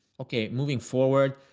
ok, moving forward.